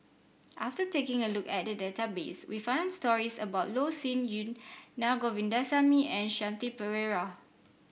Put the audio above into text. after taking a look at the database we found stories about Loh Sin Yun Na Govindasamy and Shanti Pereira